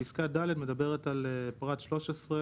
פסקה (ד) מדברת על פרט 13,